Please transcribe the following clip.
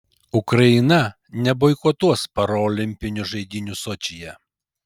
ukraina neboikotuos parolimpinių žaidynių sočyje